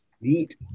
Neat